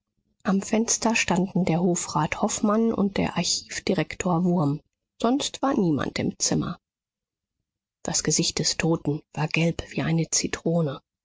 am fenster standen der hofrat hofmann und der archivdirektor wurm sonst war niemand im zimmer das gesicht des toten war gelb wie eine zitrone